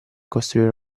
costruire